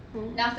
mm